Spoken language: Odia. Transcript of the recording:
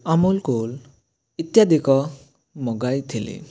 ଆମୁଲ କୁଲ ଇତ୍ୟାଦିକ ମଗାଇଥିଲି